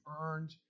earned